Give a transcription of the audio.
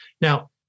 Now